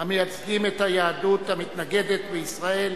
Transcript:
המייצגים את היהדות המתנגדת בישראל.